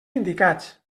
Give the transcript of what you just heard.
indicats